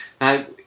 Now